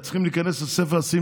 בזכות מי?